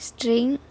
string